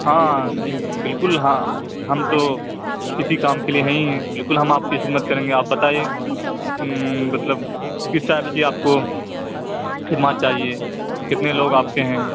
ہاں باکل ہاں ہم تو اِسی کام کے لیے ہیں ہی ہیں بالکل ہم آپ کی خدمت کریں گے آپ بتائیے مطلب کس ٹائپ کی آپ کو خدمات چاہیے کتنے لوگ آپ کے ہیں